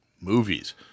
Movies